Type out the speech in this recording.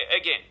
Again